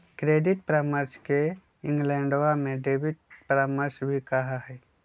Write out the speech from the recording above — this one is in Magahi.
क्रेडिट परामर्श के इंग्लैंडवा में डेबिट परामर्श भी कहा हई